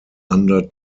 under